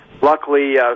luckily